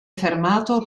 fermato